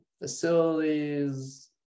facilities